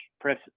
press